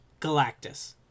Galactus